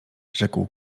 rzekł